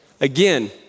again